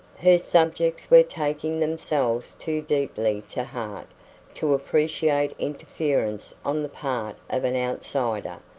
her subjects were taking themselves too deeply to heart to appreciate interference on the part of an outsider,